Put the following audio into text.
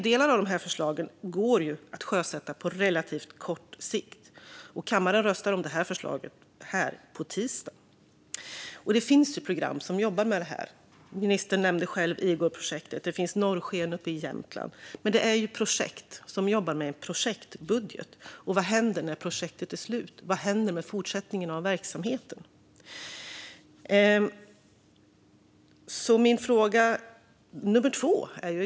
Delar av de här förslagen går att sjösätta på relativt kort sikt, och kammaren röstar om detta förslag på tisdag. Det finns program som jobbar med det här. Ministern nämnde själv Igorprojektet. Uppe i Jämtland finns också Norrsken. Men det är just projekt, som jobbar med projektbudget. Vad händer när projektet är slut? Vad händer med fortsättningen av verksamheten?